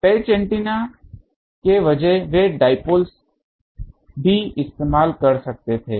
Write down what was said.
patch antenna के बजाय वे डाईपोल्स भी इस्तेमाल कर सकते थे